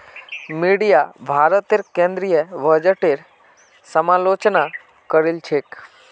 media भारतेर केंद्रीय बजटेर समालोचना करील छेक